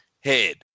head